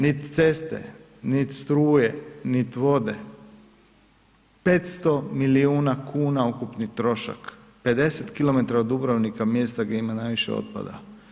Nit ceste, nit struje, nit vode, 500 milijuna kuna ukupni trošak, 50km od Dubrovnika, mjesta gdje ima najviše otpada.